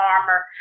armor